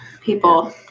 People